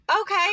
okay